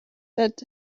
that